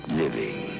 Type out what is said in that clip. living